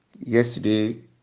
Yesterday